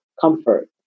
comfort